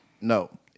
No